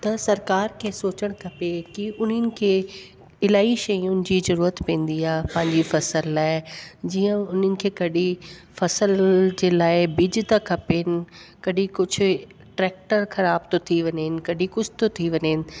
त सरकार खे सोचणु खपे की उन्हनि खे इलाही शयुनि जी ज़रूरत पवंदी आहे पंहिंजी फसल लाइ जीअं उन्हनि खे कॾहिं फसल जे लाइ बिज था खपनि कॾहिं कुझु ट्रेक्टर ख़राब थो थी वञनि कॾहिं कुझु थो थी वञनि